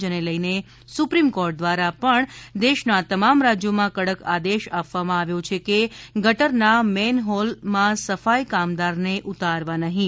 જેને લઈને supreme court દ્વારા પણ દેશના તમામ રાજ્યોમાં કડક આદેશ આપવામાં આવ્યો છે કે ગટરના મેન હોલ સફાઈ કામદારને ઉતારવા નહીં